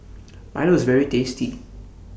Milo IS very tasty